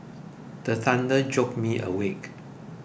the thunder jolt me awake